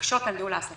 מקשות על העסקים,